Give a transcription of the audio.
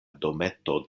dometo